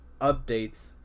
updates